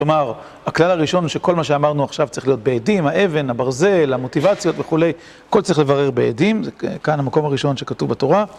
כלומר, הכלל הראשון הוא שכל מה שאמרנו עכשיו צריך להיות בעדים, האבן, הברזל, המוטיבציות וכו', כל זה צריך לברר בעדים, זה כאן המקום הראשון שכתוב בתורה.